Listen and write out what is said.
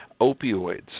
opioids